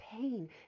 pain